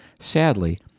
Sadly